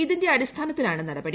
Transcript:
ഇതിന്റെ അടിസ്ഥാനത്തിലാണ് നടപടി